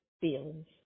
feelings